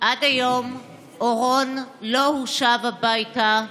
עד היום אורון לא הושב הביתה,